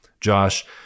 Josh